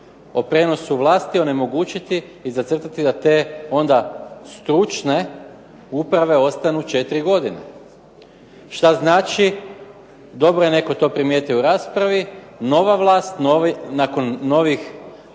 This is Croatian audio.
o prijenosu vlasti onemogućiti i zacrtati da te onda stručne uprave ostanu 4 godine. Što znači, dobro je to neko primijetio u raspravi. Nova vlast nakon novih